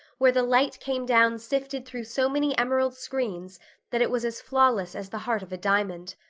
where the light came down sifted through so many emerald screens that it was as flawless as the heart of a diamond.